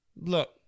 Look